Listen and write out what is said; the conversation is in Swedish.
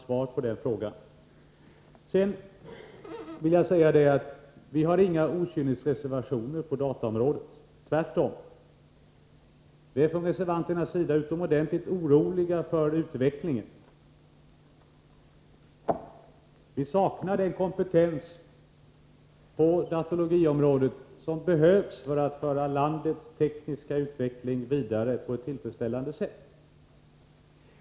Ert resonemang verkar inte särskilt logiskt. Vi har inga okynnesreservationer på dataområdet. Tvärtom! Vi är från reservanternas sida utomordentligt oroliga för utvecklingen. Vi saknar den kompetens på datologiområdet som behövs för att föra landets tekniska utveckling vidare på ett tillfredsställande sätt.